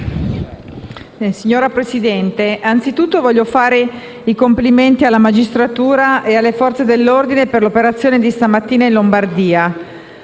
Signora Presidente, desidero innanzitutto fare i complimenti alla magistratura e alle Forze dell'ordine per l'operazione condotta stamattina in Lombardia.